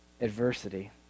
Adversity